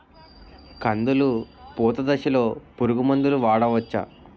కందులు పూత దశలో పురుగు మందులు వాడవచ్చా?